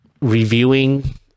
reviewing